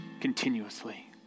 continuously